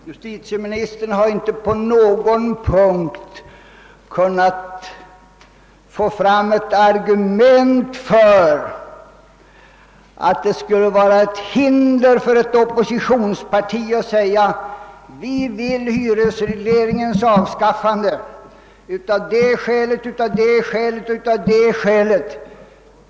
Herr talman! Justitieministern har inte på någon punkt kunnat föra fram något argument för att det skulle föreligga hinder för ett oppositionsparti att säga: »Vi vill hyresregleringens avskaffande av det och det och det skälet.